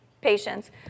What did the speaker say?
patients